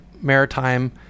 maritime